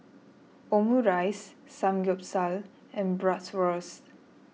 Omurice Samgeyopsal and Bratwurst